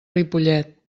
ripollet